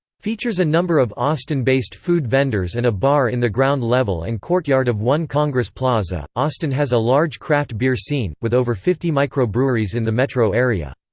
features a number of austin-based food vendors and a bar in the ground level and courtyard of one congress plaza austin has a large craft beer scene, with over fifty microbreweries in the metro area.